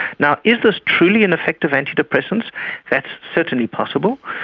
now, is this truly an effect of antidepressants? that certainly possible.